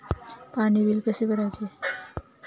पाणी बिल कसे भरायचे?